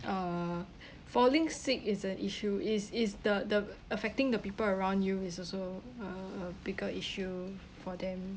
uh falling sick is an issue is is the the affecting the people around you is also a a bigger issue for them